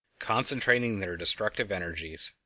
concentrating their destructive energies.